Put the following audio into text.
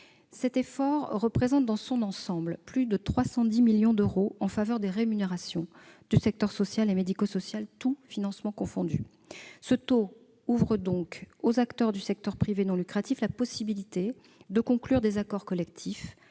Cela représente un effort de plus de 310 millions d'euros en faveur des rémunérations du secteur social et médico-social, tous financements confondus. Le taux retenu ouvre aux acteurs du secteur privé non lucratif la possibilité de conclure des accords collectifs